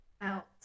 out